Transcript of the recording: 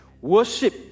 Worship